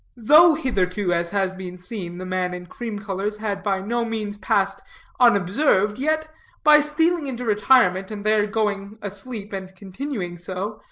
though hitherto, as has been seen, the man in cream-colors had by no means passed unobserved, yet by stealing into retirement, and there going asleep and continuing so,